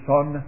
Son